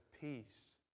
peace